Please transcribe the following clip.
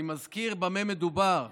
אני מזכיר במה מדובר: